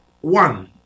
one